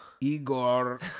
Igor